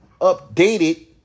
updated